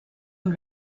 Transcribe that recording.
amb